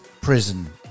prison